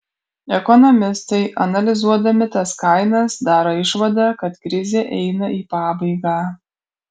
ekonomistai analizuodami tas kainas daro išvadą kad krizė eina į pabaigą